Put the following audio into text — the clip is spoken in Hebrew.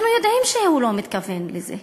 אנחנו יודעים שהוא לא מתכוון לזה.